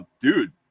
dude